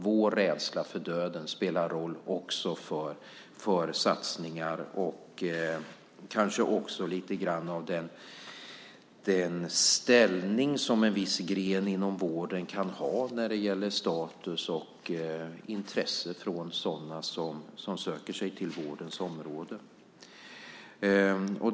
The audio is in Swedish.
Vår rädsla för döden spelar roll för satsningar och kanske också lite grann för den ställning som en viss gren inom vården kan ha när det gäller status och intresse från sådana som söker sig till vårdområdet.